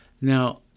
Now